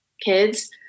kids